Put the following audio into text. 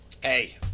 hey